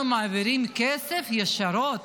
אנחנו גם מעבירים כסף ישירות.